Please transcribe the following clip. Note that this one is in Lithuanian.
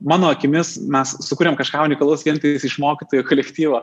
mano akimis mes sukuriam kažką unikalaus vien tiktais iš mokytojų kolektyvo